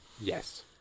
Yes